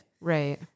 Right